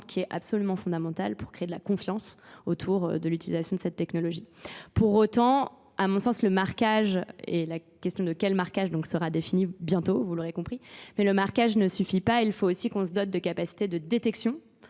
qui est absolument fondamentale pour créer de la confiance autour de l'utilisation de cette technologie. Pour autant, à mon sens, le marquage et la question de quel marquage sera défini bientôt, vous l'aurez compris, Mais le marquage ne suffit pas, il faut aussi qu'on se donne de capacités de détection